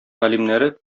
галимнәре